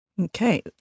Okay